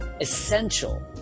essential